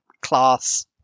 class